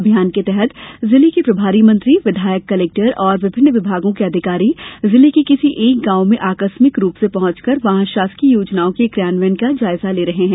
अभियान के तहत जिले के प्रभारी मंत्री विधायक कलेक्टर और विभिन्न विभागों के अधिकारी जिले के किसी एक गांव में आकस्मिक रूप से पहुंचकर वहां शासकीय योजनाओं के क्रियान्वयन का का जायजा ले रहे हैं